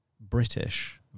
British